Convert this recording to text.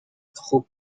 خوب